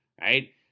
Right